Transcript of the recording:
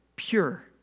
pure